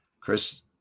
Chris